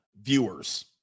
viewers